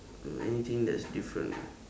anything that's different